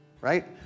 Right